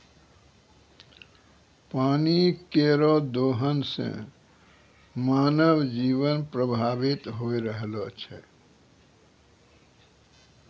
पानी केरो दोहन सें मानव जीवन प्रभावित होय रहलो छै